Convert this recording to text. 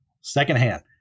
secondhand